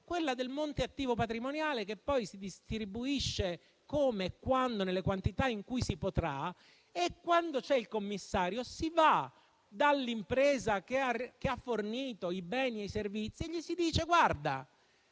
quello del monte attivo patrimoniale, che poi si distribuisce come e quando nelle quantità in cui si potrà. Quando c'è il commissario si va dall'impresa che ha fornito i beni e i servizi e le si dice che